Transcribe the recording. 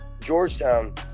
Georgetown